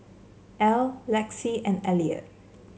Ell Lexi and Eliot